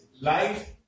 life